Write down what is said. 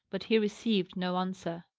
but he received no answer.